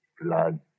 Blood